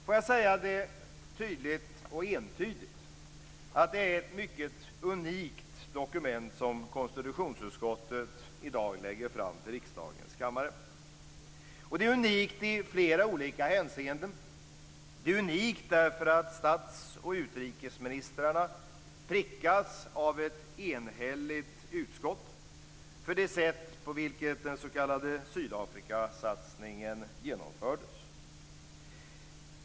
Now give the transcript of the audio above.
Låt mig säga tydligt och entydigt att det är ett mycket unikt dokument som konstitutionsutskottet i dag lägger fram för riksdagens kammare. Det är unikt i flera olika hänseenden. Det är unikt därför att statsoch utrikesministrarna prickas av ett enhälligt utskott för det sätt på vilket den s.k. Sydafrikasatsningen genomfördes.